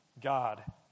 God